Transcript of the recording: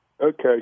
Okay